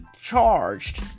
charged